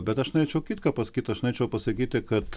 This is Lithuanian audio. bet aš norėčiau kitką pasakyt aš norėčiau pasakyti kad